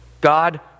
God